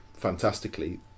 Fantastically